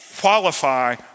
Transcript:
qualify